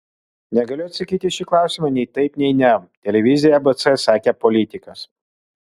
negaliu atsakyti į šį klausimą nei taip nei ne televizijai abc sakė politikas